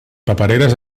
papereres